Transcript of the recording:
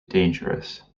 dangerous